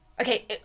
Okay